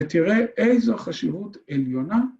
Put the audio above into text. ‫ותראה איזו חשיבות עליונה.